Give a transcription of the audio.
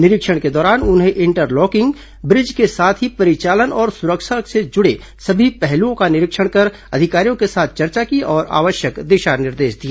निरीक्षण के दौरान उन्होंने इंटरलॉकिंग ब्रिज के साथ ही परिचालन और सुरक्षा से जुड़े सभी पहलुओं का निरीक्षण कर अधिकारियों के साथ चर्चा की और आवश्यक दिशा निर्देश दिए